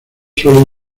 suelen